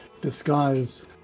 disguise